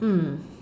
mm